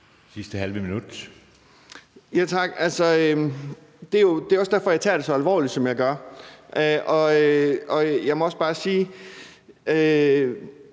Danielsen): Tak. Det er også derfor, jeg tager det så alvorligt, som jeg gør. Og jeg må også bare sige,